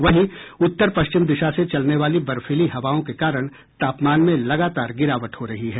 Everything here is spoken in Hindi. वहीं उत्तर पश्चिम दिशा से चलने वाली बर्फीली हवाओं के कारण तापमान में लगातार गिरावट हो रही है